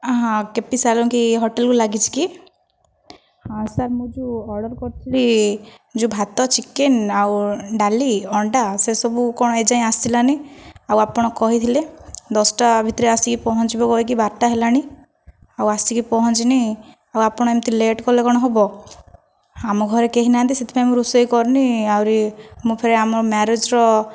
ହଁ କେପି ସାଲୁଙ୍କି ହୋଟେଲକୁ ଲାଗିଛିକି ହଁ ସାର୍ ମୁଁ ଯେଉଁ ଅର୍ଡ଼ର କରିଥିଲି ଯେଉଁ ଭାତ ଚିକେନ ଆଉ ଡାଲି ଅଣ୍ଡା ସେସବୁ କ'ଣ ଏ ଯାଏଁ ଆସିଲାନି ଆଉ ଆପଣ କହିଥିଲେ ଦଶଟା ଭିତରେ ଆସିକି ପହଞ୍ଚିବ କହିକି ବାରଟା ହେଲାଣି ଆଉ ଆସିକି ପହଞ୍ଚିନି ଆଉ ଆପଣ ଏମିତି ଲେଟ୍ କଲେ କ'ଣ ହେବ ଆମ ଘରେ କେହି ନାହାନ୍ତି ସେଥିପାଇଁ ମୁଁ ରୋଷେଇ କରିନି ଆହୁରି ମୁଁ ଫେର ଆମ ମ୍ୟାରେଜର